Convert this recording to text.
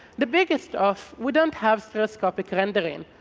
the biggest of we don't have stereoscopic rendering.